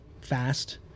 fast